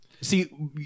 See